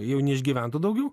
jau neišgyventų daugiau